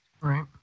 Right